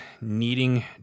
needing